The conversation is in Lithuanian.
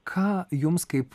ką jums kaip